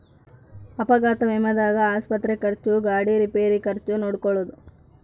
ಅಪಘಾತ ವಿಮೆದಾಗ ಆಸ್ಪತ್ರೆ ಖರ್ಚು ಗಾಡಿ ರಿಪೇರಿ ಖರ್ಚು ನೋಡ್ಕೊಳೊದು